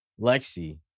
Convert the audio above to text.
Lexi